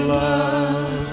love